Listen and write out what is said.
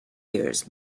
years